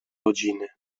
rodziny